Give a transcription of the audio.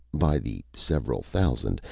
by the several thousand,